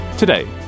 Today